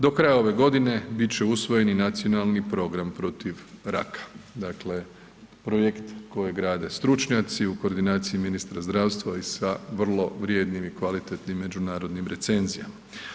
Do kraja ove godine bit će usvojen i nacionalni program protiv raka, dakle projekt kojeg grade stručnjaci u koordinaciji ministra zdravstva i sa vrlo vrijednim i kvalitetnim međunarodnim recenzijama.